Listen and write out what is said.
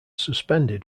suspended